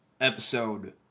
episode